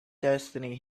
destiny